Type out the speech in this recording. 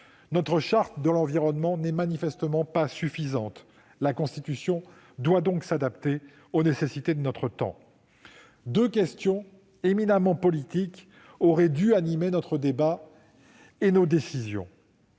Notre Charte de l'environnement n'est pas suffisante. La Constitution doit donc s'adapter aux nécessités de notre temps. Deux questions éminemment politiques auraient dû animer notre débat et nos décisions.